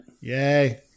Yay